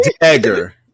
dagger